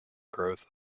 growth